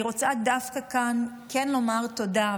אני רוצה דווקא כאן כן לומר תודה,